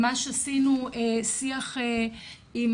ממש עשינו שיח עם